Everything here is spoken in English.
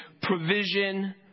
provision